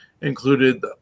included